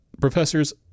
Professor's